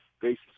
basis